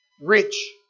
rich